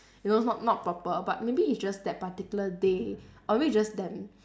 you know not not proper but maybe it's just that particular day or maybe it's just them